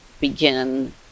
begin